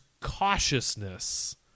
cautiousness